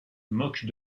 moquent